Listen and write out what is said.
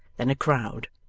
then a crowd.